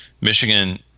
Michigan